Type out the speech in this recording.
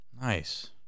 Nice